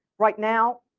right now.